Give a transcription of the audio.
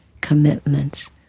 commitments